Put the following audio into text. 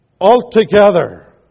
altogether